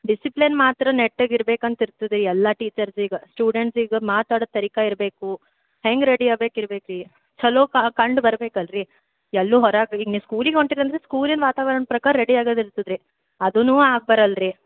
discipline ಮಾತ್ರ ನೆಟ್ಟಗೆ ಇರ್ಬೇಕು ಅಂತ ಇರ್ತದೆ ಎಲ್ಲ ಟೀಚರ್ಸಿಗೆ ಸ್ಟೂಡೆಂಟ್ಸಿಗೆ ಮಾತಾಡೋ ತರೀಕ ಇರಬೇಕು ಹೆಂಗೆ ರೆಡಿ ಆಗ್ಬೇಕು ಇರ್ಬೇಕು ರೀ ಛಲೋ ಕಂಡು ಬರಬೇಕಲ್ರಿ ಎಲ್ಲೂ ಹೊರಗ್ ಈಗ ನೀವು ಸ್ಕೂಲಿಗೆ ಹೊರ್ಟೀರಂದ್ರೆ ಸ್ಕೂಲಿನ ವಾತಾವರ್ಣ ಪ್ರಕಾರ ರೆಡಿ ಆಗೋದು ಇರ್ತದೆ ರೀ ಅದೂ ಆಗ್ಬರಲ್ಲ ರೀ